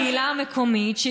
הקהילה המקומית,